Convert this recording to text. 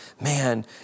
man